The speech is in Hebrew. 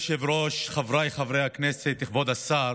אדוני היושב-ראש, חבריי חברי הכנסת, כבוד השר,